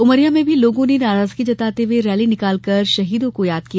उमरिया में भी लोगों नाराजगी जताते हये रैली निकाल कर शहीदों को याद किया